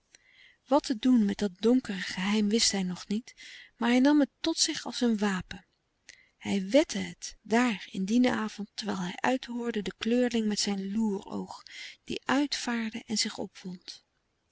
wat te doen met dat donkere geheim wist hij nog niet maar hij nam het tot zich als een wapen hij wette het daar in dien avond terwijl hij uithoorde den kleurling met zijn loeroog die uitvaarde en zich opwond